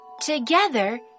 Together